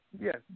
yes